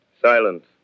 Silence